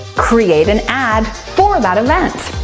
create an ad for that event.